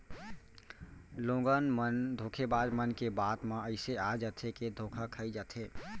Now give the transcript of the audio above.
लोगन मन धोखेबाज मन के बात म अइसे आ जाथे के धोखा खाई जाथे